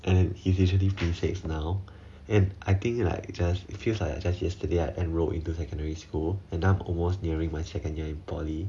and he is literally P six now and I think like just feels like it's just yesterday I enrolled into secondary school and I'm almost near my second year in poly